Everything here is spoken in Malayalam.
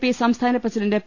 പി സംസ്ഥാന പ്രസിഡന്റ് പി